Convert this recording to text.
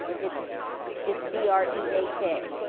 it's it's b r e a k.